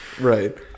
right